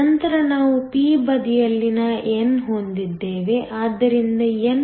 ನಂತರ ನಾವು p ಬದಿಯನಲ್ಲಿ n ಹೊಂದಿದ್ದೇವೆ ಆದ್ದರಿಂದ npo